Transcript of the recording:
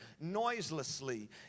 noiselessly